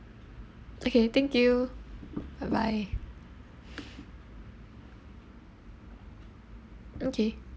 okay thank you bye bye okay